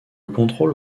contrôle